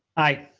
i.